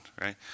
Right